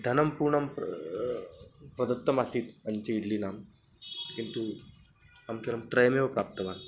धनं पूर्णं प्रदत्तमासीत् पञ्च इड्लिनां किन्तु अहं केवलं त्रयमेव प्राप्तवान्